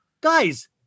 guys